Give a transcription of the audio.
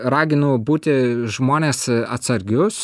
raginau būti žmones atsargius